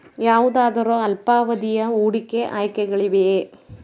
ಯಾವುದಾದರು ಅಲ್ಪಾವಧಿಯ ಹೂಡಿಕೆ ಆಯ್ಕೆಗಳಿವೆಯೇ?